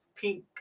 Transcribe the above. pink